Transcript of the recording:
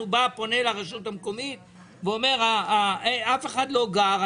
הוא בא ופונה לרשות המקומית ואומר: "אף אחד לא גר,